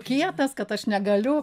kietas kad aš negaliu